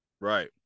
right